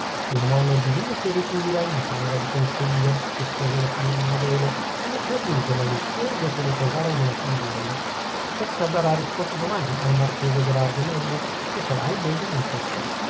la mano divina si ritira in camera di consiglio rispose la signorina adele con un sorriso malizioso che ricordava il monachino biondo essa darà risposta domani al marchese gherardo melli che sarà il benvenuto